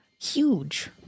huge